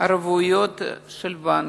ערבויות של בנקים.